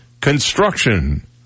construction